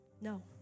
no